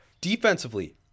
Defensively